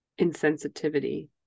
insensitivity